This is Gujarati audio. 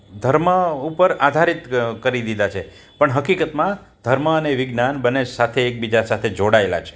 ધર્મ ઉપર આધારિત કરી દીધાં છે પણ હકીગતમાં ધર્મ અને વિજ્ઞાન બંને સાથે એકબીજા સાથે જોડાએલા છે